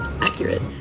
Accurate